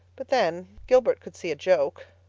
but then, gilbert could see a joke.